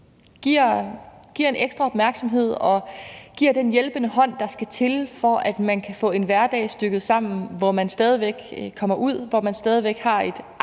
giver den ekstra opmærksomhed og giver den hjælpende hånd, der skal til, for at man kan få en hverdag stykket sammen, hvor man stadig væk kommer ud, hvor man